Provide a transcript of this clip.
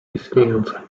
istniejąca